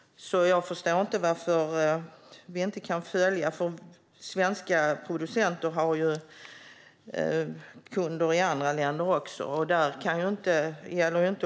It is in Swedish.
Jag förstår inte varför vi inte kan följa detta. Svenska producenter har ju kunder också i andra länder.